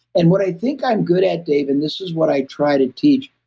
and what i think i'm good at, dave, and this is what i try to teach,